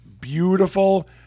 beautiful